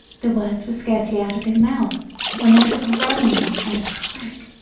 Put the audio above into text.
the words were scarcely out of his mouth when there was a groan, and a crack,